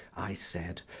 i said.